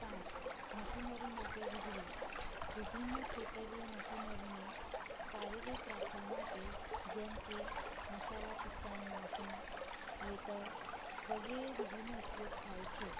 પાંચ મશીનરી માટે વીજળી વિભિન્ન ખેતરીય મશીનરીને કાર્યરત રાખવા માટે જેમકે મસાલા પીસવાની મશીન લેટર વગેરે વીજળીનો ઉપયોગ થાય છે